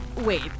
Wait